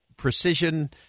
Precision